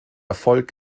erfolg